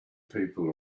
people